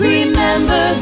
Remember